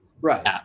Right